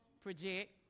project